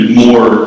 more